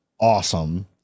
awesome